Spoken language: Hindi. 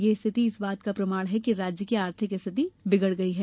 यह स्थिति इस बात का प्रमाण है कि राज्य की आर्थिक स्थिति बिगड़ गई है